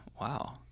Wow